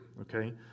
okay